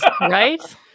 right